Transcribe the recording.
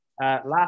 Last